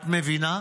את מבינה?